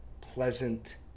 pleasant